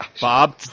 bob